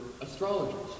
astrologers